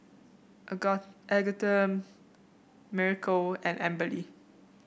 Aga Agatha Miracle and Amberly